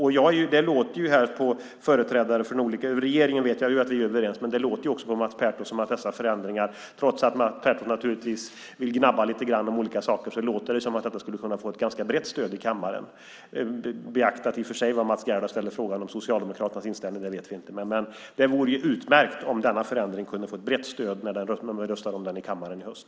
Trots att Mats Pertoft naturligtvis vill gnabbas lite grann om olika saker låter det på honom som att dessa förändringar - i regeringen vet jag ju att vi är överens - skulle kunna få ett ganska brett stöd i kammaren, beaktat i och för sig det som Mats Gerdau ställde frågan om när det gäller Socialdemokraternas inställning, det vet vi inte. Men det vore utmärkt om denna förändring kunde få ett brett stöd när man röstar om den i kammaren i höst.